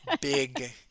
big